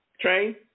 Train